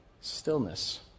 stillness